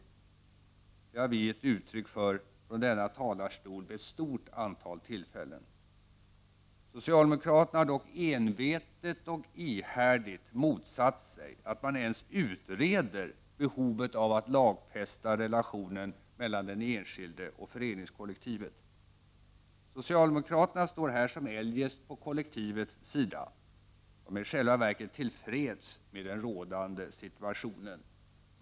Detta har vi gett uttryck för från denna talarstol vid ett stort antal tillfällen. Socialdemokraterna har dock envetet och ihärdigt motsatt sig att man ens utreder behovet av att lagfästa relationen mellan den enskilde och föreningskollektivet. Socialdemokraterna står här som eljest på kollektivets sida. De är i själva verket till freds med den rådande situationen.